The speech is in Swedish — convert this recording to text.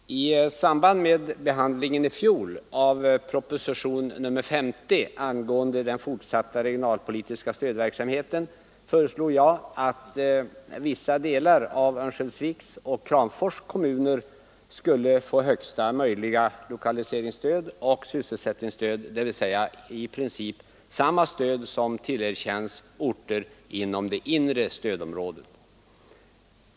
Herr talman! I samband med behandlingen i fjol av propositionen 50 angående den fortsatta regionalpolitiska stödverksamheten föreslog jag att vissa delar av Örnsköldsviks och Kramfors kommuner skulle få högsta möjliga lokaliseringsoch sysselsättningsstöd, dvs. i princip samma stöd som tillerkänns orter inom det inre stödområdet.